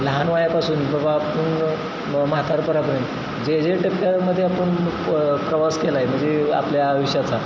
लहानवयापासून बाबा आपण म म्हातारपणापर्यंत जे जे टप्प्यामध्ये आपण प्रवास केला आहे म्हणजे आपल्या आयुष्याचा